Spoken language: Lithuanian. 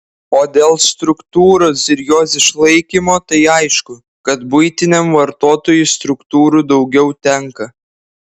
o dėl struktūros ir jos išlaikymo tai aišku kad buitiniam vartotojui struktūrų daugiau tenka